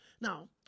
Now